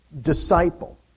disciple